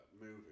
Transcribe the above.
movie